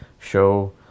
show